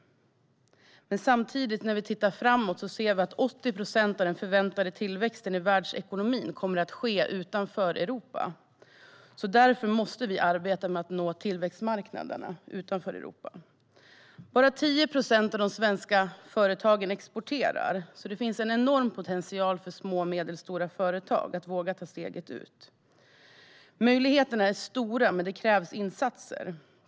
Samtidigt ser vi att 80 procent av den förväntade tillväxten i världsekonomin kommer att ske utanför Europa. Därför måste vi arbeta med att nå tillväxtmarknaderna där. Bara 10 procent av de svenska företagen exporterar, men det finns en enorm potential för små och medelstora företag att våga och vilja ta steget ut. Möjligheterna är stora, men det krävs insatser.